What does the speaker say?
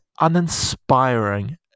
uninspiring